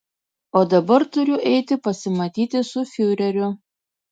o dabar turiu eiti pasimatyti su fiureriu